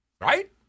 Right